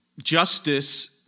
Justice